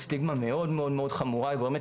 זאת סטיגמה מאוד מאוד חמורה היא גורמת